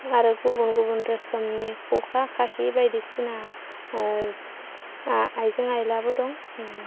आरो गुबुन गुबुन रोखोमनि खखा खाखि बायदिसिना आयजें आयलाबो दं